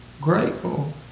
grateful